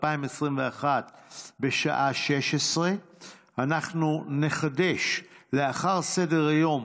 בשעה 16:00. אנחנו נחדש לאחר סדר-היום